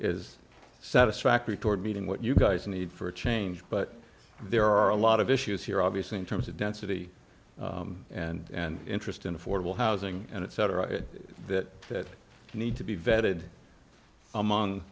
is satisfactory toward meeting what you guys need for a change but there are a lot of issues here obviously in terms of density and interest in affordable housing and it said that need to be vetted among